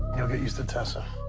you'll get used to tessa.